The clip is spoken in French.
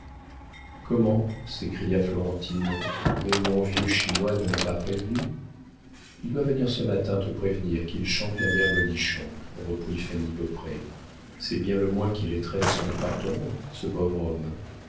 comment s'écria florentine mais mon vieux chinois ne m'a pas prévenue il doit venir ce matin te prévenir qu'il chante la mère godichon reprit fanny beaupré c'est bien le moins qu'il étrenne son appartement ce pauvre homme